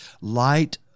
light